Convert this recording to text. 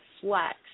flex